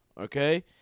Okay